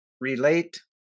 relate